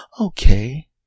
Okay